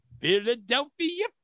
Philadelphia